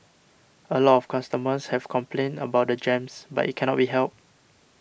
a lot of customers have complained about the jams but it cannot be helped